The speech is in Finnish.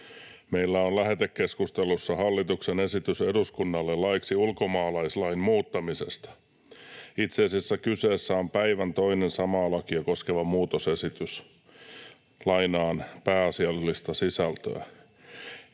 Meillä on lähetekeskustelussa hallituksen esitys eduskunnalle laiksi ulkomaalaislain muuttamisesta. Itse asiassa kyseessä on päivän toinen samaa lakia koskeva muutosesitys. Lainaan pääasiallista sisältöä: